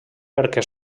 perquè